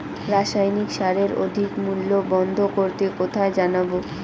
রাসায়নিক সারের অধিক মূল্য বন্ধ করতে কোথায় জানাবো?